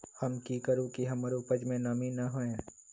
हम की करू की हमर उपज में नमी न होए?